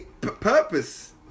purpose